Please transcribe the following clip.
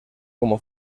como